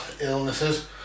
illnesses